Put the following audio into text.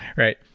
right?